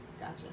gotcha